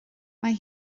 mae